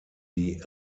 die